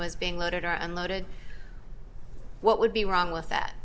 was being loaded or unloaded what would be wrong with that